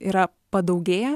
yra padaugėję